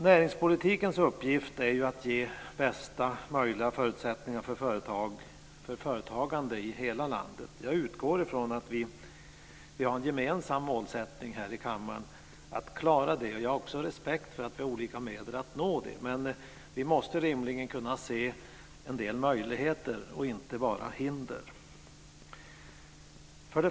Näringspolitikens uppgift är ju att ge bästa möjliga förutsättningar för företagande i hela landet. Jag utgår från att vi har en gemensam målsättning här i kammaren att klara det. Jag har också respekt för att vi har olika medel att nå det. Men vi måste rimligen kunna se en del möjligheter och inte bara hinder.